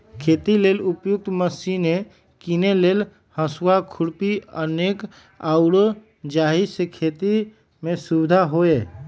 खेती लेल उपयुक्त मशिने कीने लेल हसुआ, खुरपी अनेक आउरो जाहि से खेति में सुविधा होय